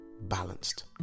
balanced